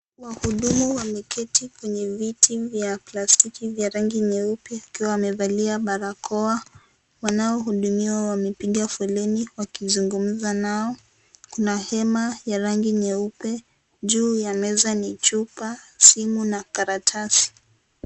Wahudumu wameketi kwenye viti vya plastiki vya rangi nyeupe wakiwa wamevalia barakoa. Wanaohudumiwa wamepiga foleni wakizungumza nao, kuna hema ya rangi nyeupe, juu ya meza ni chupa, simu na karatasi.